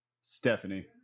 Stephanie